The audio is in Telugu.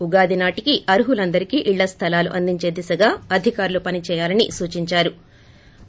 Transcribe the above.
ఉగాది నాటికీ అర్హులందరికీ ఇళ్ళ స్దలాలు అందించే దిశగా అధికారులు పనిచేయాలని సూచించారు